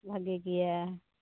ᱵᱷᱟᱜᱮ ᱜᱮᱭᱟ